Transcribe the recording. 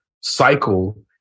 cycle